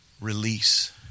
release